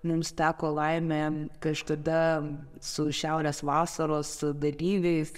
mums teko laimė kažkada su šiaurės vasaros dalyviais